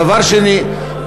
דבר שני,